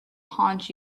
haunt